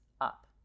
up